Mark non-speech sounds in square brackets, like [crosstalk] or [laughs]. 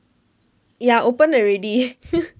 ya open already [laughs]